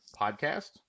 podcast